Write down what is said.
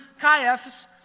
Caiaphas